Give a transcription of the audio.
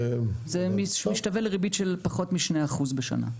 משתווה לריבית של פחות מ-2% בשנה,